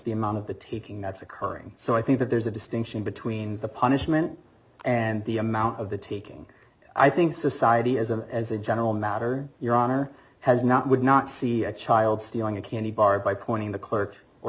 the amount of the taking that's occurring so i think that there's a distinction between the punishment and the amount of the taking i think society as a as a general matter your honor has not would not see a child stealing a candy bar by pointing the clerk or